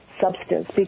substance